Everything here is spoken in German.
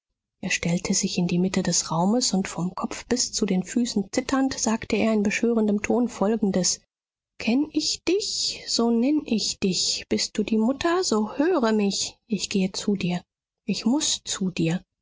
er stellte sich in die mitte des raumes und vom kopf bis zu den füßen zitternd sagte er in beschwörendem ton folgendes kenn ich dich so nenn ich dich bist du die mutter so höre mich ich geh zu dir ich muß zu dir